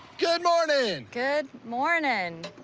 good mornin'! good mornin'.